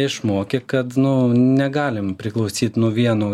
išmokė kad nu negalim priklausyt nu vienu